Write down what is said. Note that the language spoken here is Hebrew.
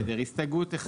הסתייגות 1